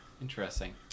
interesting